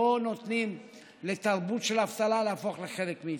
לא נותנים לתרבות של אבטלה להפוך לחלק מאיתנו.